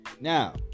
Now